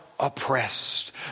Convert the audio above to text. oppressed